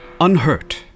unhurt